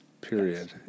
period